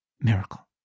miracle